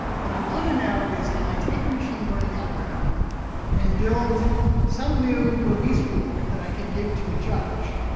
what i want to know is, can i take a machine learning algorithm and build some new release rule that i can give to a judge,